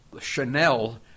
Chanel